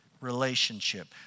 relationship